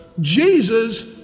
Jesus